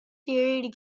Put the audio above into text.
theory